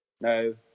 No